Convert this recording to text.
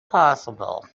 possible